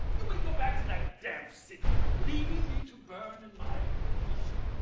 you may go back to that damp city, leaving me to burn in my perdition.